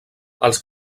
els